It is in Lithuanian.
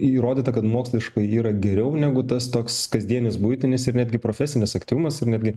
įrodyta kad moksliškai yra geriau negu tas toks kasdienis buitinis ir netgi profesinis aktyvumas ir netgi